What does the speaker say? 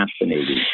fascinating